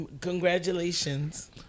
Congratulations